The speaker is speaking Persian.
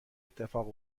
اتفاق